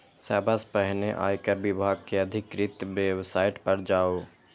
सबसं पहिने आयकर विभाग के अधिकृत वेबसाइट पर जाउ